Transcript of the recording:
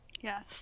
yes